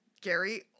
Gary